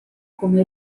come